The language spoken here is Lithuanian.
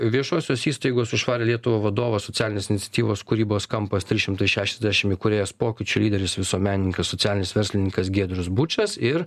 viešosios įstaigos už švarią lietuva vadovas socialinės iniciatyvos kūrybos kampas trys šimtai šešiasdešimt įkūrėjas pokyčių lyderis visuomenininkas socialinis verslininkas giedrius bučas ir